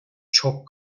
çok